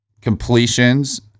Completions